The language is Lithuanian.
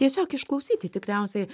tiesiog išklausyti tikriausiai